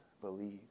believe